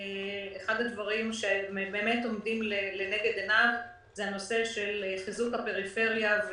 אחד הדברים שבאמת עומדים לנגד עיניו הוא חיזוק הפריפריה,